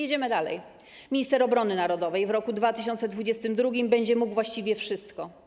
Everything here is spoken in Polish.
Jedziemy dalej, minister obrony narodowej w roku 2022 r. będzie mógł właściwie wszystko.